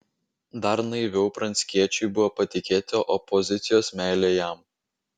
dar naiviau pranckiečiui buvo patikėti opozicijos meile jam